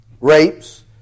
rapes